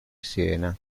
siena